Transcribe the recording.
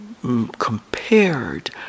compared